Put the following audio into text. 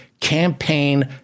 campaign